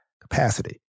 capacity